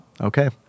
Okay